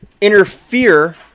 interfere